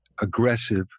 aggressive